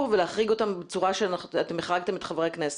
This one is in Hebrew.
ולהחריג אותם בצורה שאתם החרגתם את חברי הכנסת?